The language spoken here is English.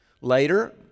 Later